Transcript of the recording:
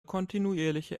kontinuierliche